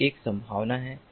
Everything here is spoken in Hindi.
यह एक संभावना है